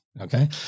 Okay